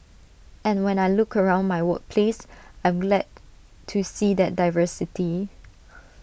and when I look around my workplace glad to see that diversity